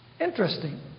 Interesting